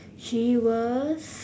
she was